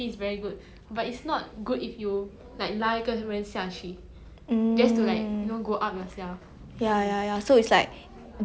ya ya ya so it's like they they ownself they're very obese but then they try to shame other people for like losing weight or like having a healthy diet is it